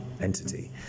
entity